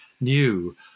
new